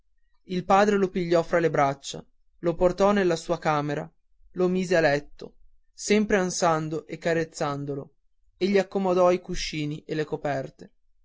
il padre lo pigliò fra le braccia lo portò nella sua camera lo mise a letto sempre ansando e carezzandolo e gli accomodò i cuscini e le coperte